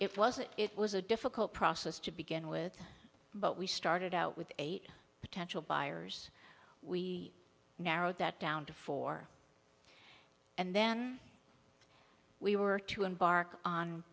it wasn't it was a difficult process to begin with but we started out with eight potential buyers we now wrote that down to four and then we were to embark on